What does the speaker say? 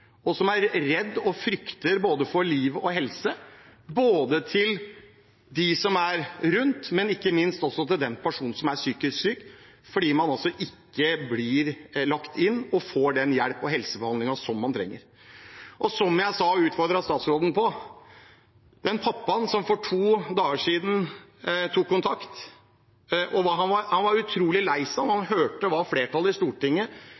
og som er redde og frykter for både liv og helse, både for dem som er rundt, og ikke minst for den personen som er psykisk syk, fordi den personen ikke blir lagt inn og får den hjelpen og helsebehandlingen man trenger. Som jeg sa – og utfordret statsråden på: Den pappaen som for to dager siden tok kontakt og var utrolig lei seg da han hørte at flertallet på Stortinget ikke ville være med på å ta tak i